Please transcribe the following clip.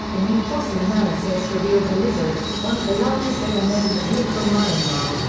a new fossil analysis revealed a lizard, one of the largest ever known that lived on myanmar,